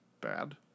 bad